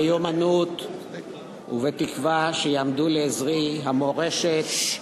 במיומנות ובתקווה שיעמדו לעזרי המורשת,